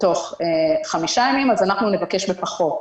תוך חמישה ימים אז אנחנו נבקש בפחות.